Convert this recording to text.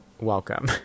welcome